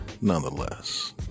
nonetheless